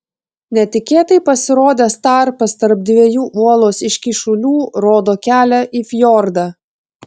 netikėtai pasirodęs tarpas tarp dviejų uolos iškyšulių rodo kelią į fjordą